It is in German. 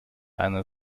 einer